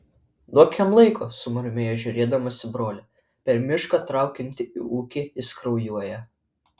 duok jam laiko sumurmėjo žiūrėdamas į brolį per mišką traukiantį į ūkį jis kraujuoja